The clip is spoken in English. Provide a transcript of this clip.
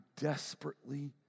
desperately